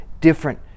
Different